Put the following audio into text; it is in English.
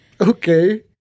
Okay